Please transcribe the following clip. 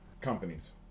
companies